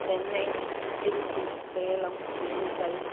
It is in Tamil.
சென்னை திருச்சி சேலம் திண்டுக்கல்